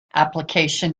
application